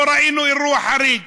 לא ראינו אירוע חריג.